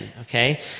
Okay